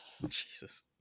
Jesus